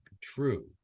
true